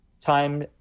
time